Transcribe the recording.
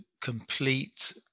complete